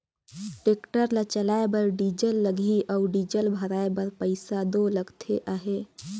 tractor ल चलाए बर डीजल लगही अउ डीजल भराए बर पइसा दो लगते अहे